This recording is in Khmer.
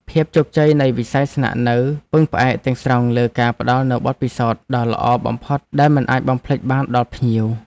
ភាពជោគជ័យនៃវិស័យស្នាក់នៅពឹងផ្អែកទាំងស្រុងលើការផ្តល់នូវបទពិសោធន៍ដ៏ល្អបំផុតដែលមិនអាចបំភ្លេចបានដល់ភ្ញៀវ។